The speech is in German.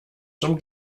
zum